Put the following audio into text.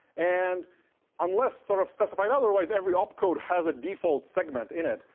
and unless sort of specified otherwise, every opcode has a default segment in it.